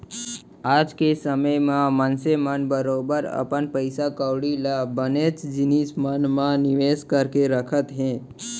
आज के समे म मनसे मन बरोबर अपन पइसा कौड़ी ल बनेच जिनिस मन म निवेस करके रखत हें